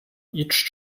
each